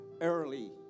early